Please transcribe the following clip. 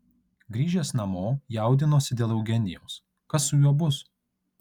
grįžęs namo jaudinosi dėl eugenijaus kas su juo bus